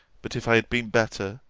but if i had been better,